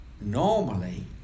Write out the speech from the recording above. normally